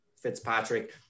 Fitzpatrick